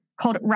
called